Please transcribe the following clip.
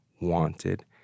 wanted